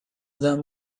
them